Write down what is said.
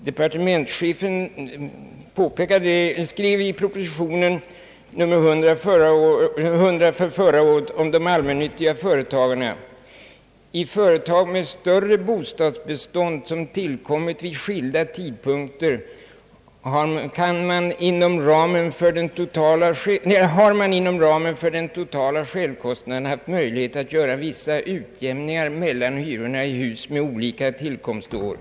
Departementschefen skrev i propositionen nr 100 förra året om de allmännyttiga företagen: »I företag med ett större bostadsbestånd, som tillkommit vid skilda tidpunkter, har man inom ramen för den totala självkostnaden haft möjlighet att göra vissa utjämningar mellan hyrorna i hus med olika tillkomstår.